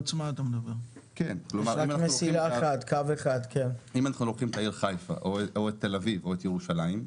ניקח למשל את חיפה, תל אביב או ירושלים.